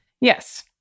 Yes